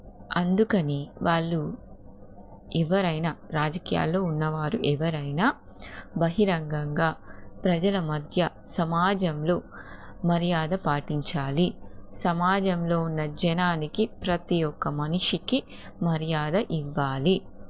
అందుకని వాళ్ళు ఎవరైనా రాజకీయాల్లో ఉన్నవారు ఎవరైనా బహిరంగంగా ప్రజల మధ్య సమాజంలో మర్యాద పాటించాలి సమాజంలో ఉన్న జనానికి ప్రతీ ఒక్క మనిషికి మర్యాద ఇవ్వాలి